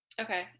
Okay